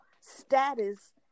status